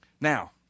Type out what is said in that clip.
Now